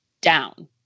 down